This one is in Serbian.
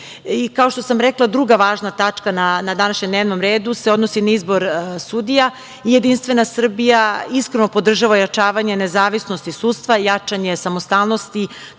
što sam rekla, druga važna tačka na današnjem dnevnom redu se odnosi na izbor sudija. Jedinstvena Srbija iskreno podržava ojačavanje nezavisnosti sudstva, jačanje samostalnosti